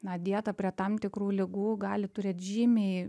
na dieta prie tam tikrų ligų gali turėti žymiai